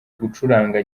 gucuranga